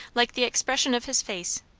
like the expression of his face.